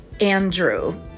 Andrew